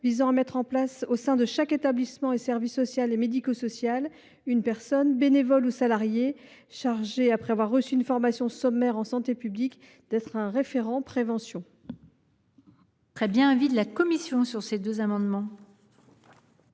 dire à mettre en place, au sein de chaque établissement ou service social et médico social, une personne, bénévole ou salarié, chargée, après avoir reçu une formation sommaire en santé publique, d’être un référent prévention. Quel est l’avis de la commission ? La commission